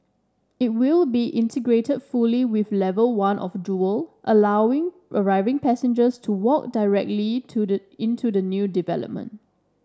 it will be integrated fully with level one of Jewel allowing arriving passengers to walk directly into the into the new development